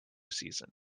season